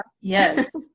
yes